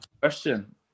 question